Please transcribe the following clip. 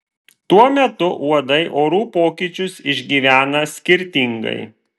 tuo metu uodai orų pokyčius išgyvena skirtingai